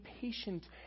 patient